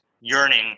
Yearning